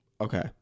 Okay